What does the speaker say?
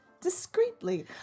discreetly